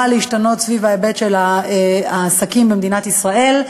להשתנות סביב ההיבט של העסקים במדינת ישראל,